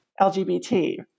LGBT